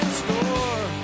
store